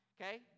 okay